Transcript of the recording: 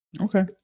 Okay